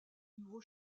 nouveau